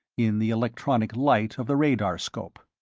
in the electronic light of the radar scope.